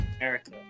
America